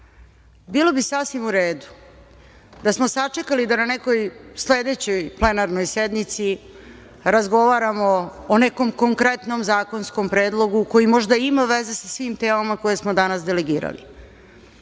se. Bilo bi sasvim u redu da smo sačekali da na nekoj sledećoj plenarnoj sednici razgovaramo o nekom konkretnom zakonskom predlogu koji možda ima veze sa svim temama koje smo danas delegirali. Mi